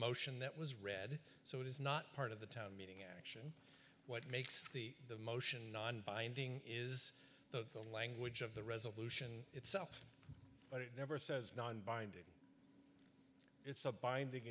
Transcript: motion that was read so it is not part of the town meeting at what makes the motion non binding is that the language of the resolution itself but it never says non binding it's a binding